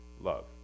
Love